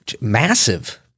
massive